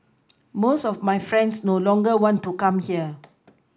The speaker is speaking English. most of my friends no longer want to come here